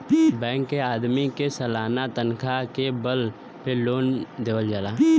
bank के आदमी के सालाना तनखा के बल पे लोन देवल जाला